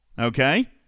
Okay